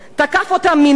תקף אותה מינית,